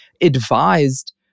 advised